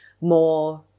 more